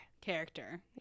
Character